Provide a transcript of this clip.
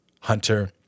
hunter